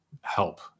help